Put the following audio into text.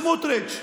סמוטריץ'.